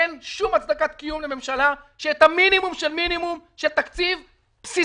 אין שום הצדקת קיום לממשלה שאת המינימום של מינימום של תקציב בסיסי,